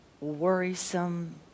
worrisome